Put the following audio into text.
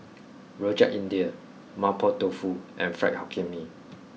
Rojak India Mapo Tofu and Fried Hokkien Mee